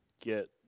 get